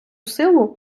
силу